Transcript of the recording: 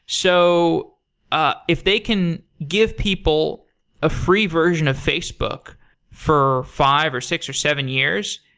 so ah if they can give people a free version of facebook for five, or six, or seven years,